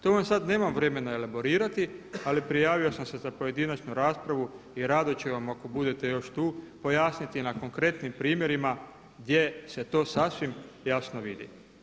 To vam sada nemam vremena elaborirati ali prijavio sam se za pojedinačnu raspravu i rado ću vam ako budete još tu pojasniti na konkretnim primjerima gdje se to sasvim jasno vidi.